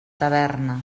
taverna